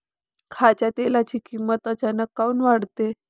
खाच्या तेलाची किमत अचानक काऊन वाढते?